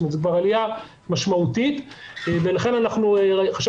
זאת אומרת זו כבר עליה משמעותית ולכן חשבנו שצריך